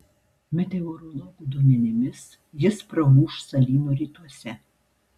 meteorologų duomenimis jis praūš salyno rytuose